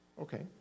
Okay